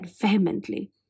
vehemently